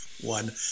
one